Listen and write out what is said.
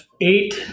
eight